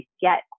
get